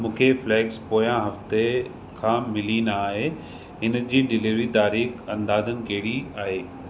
मूंखे फ़्लेकस पोयां हफ़्ते खां मिली न आहे इन जी डिलीवरी तारीख़ अंदाज़नि कहिड़ी आहे